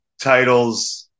titles